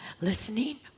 listening